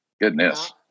Goodness